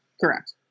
Correct